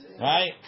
right